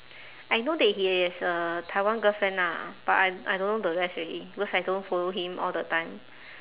I know that he has a taiwan girlfriend ah but I I don't know the rest already because I don't follow him all the time